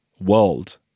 world